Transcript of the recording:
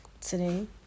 Today